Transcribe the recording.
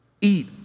eat